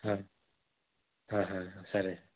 సరే